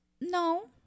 No